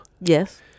Yes